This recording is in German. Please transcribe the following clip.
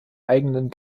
eigenen